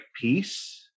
peace